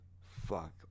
Fuck